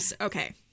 okay